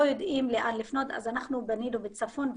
יודעים לאן לפנות אז אנחנו בנינו בצפון,